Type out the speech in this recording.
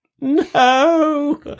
no